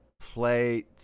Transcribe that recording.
Play